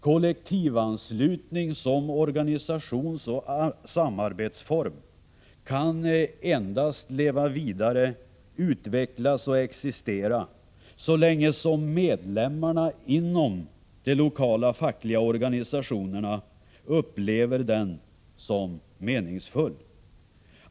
Kollektivanslutning som organisationsoch samarbetsform kan endast leva vidare och utvecklas så länge som medlemmarna i de lokala fackliga organisationerna upplever den som meningsfull.